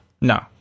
No